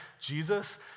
Jesus